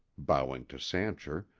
bowing to sancher,